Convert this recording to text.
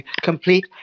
complete